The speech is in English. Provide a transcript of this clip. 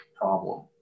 problem